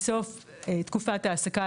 בסוף תקופת העסקה,